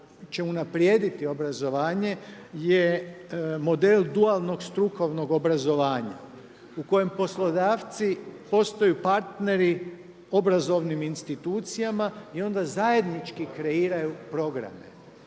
unaprijediti obrazovanje je model dualnog strukovnog obrazovanja u kojem poslodavci postaju partneri obrazovnim institucijama i onda zajednički kreiraju programe.